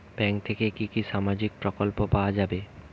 Bank থেকে কি কি সামাজিক প্রকল্প পাওয়া যাবে?